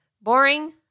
Boring